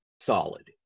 solid